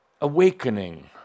Awakening